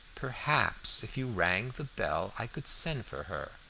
perhaps if you rang the bell i could send for her,